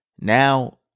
Now